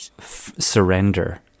surrender